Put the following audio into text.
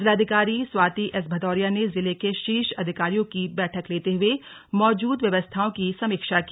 जिलाधिकारी स्वाति एस भदौरिया ने जिले के शीर्ष अधिकारियों की बैठक लेते हुए मौजूद व्यवस्थाओं की समीक्षा की